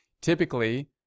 Typically